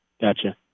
gotcha